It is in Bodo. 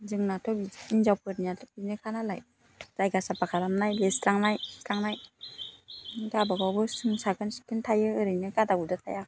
जोंनाथ' बिदि हिन्जावफोरनियाथ' बिदिनोखा नालाय जायगा साफा खालामनाय लिरस्रांनाय सिबस्रांनाय गाबा गावबो जों साखोन सिखोन थायो ओरैनो गादा गुदा थाया